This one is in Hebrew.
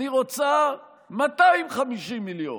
אני רוצה 250 מיליון,